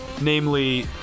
Namely